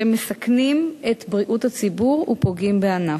שמסכנים את בריאות הציבור ופוגעים בענף.